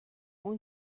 اون